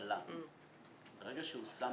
המסרב לבין מי שאמור לקבל את השירות,